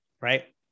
right